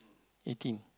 eighteen